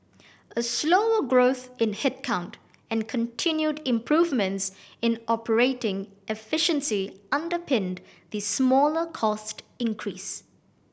a slower growth in headcount and continued improvements in operating efficiency underpinned the smaller cost increase